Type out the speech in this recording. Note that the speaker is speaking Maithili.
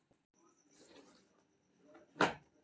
पानि सार्वभौमिक रूप सं घुलनशील होइ छै